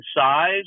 size